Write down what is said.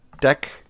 deck